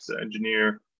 engineer